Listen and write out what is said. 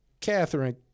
Catherine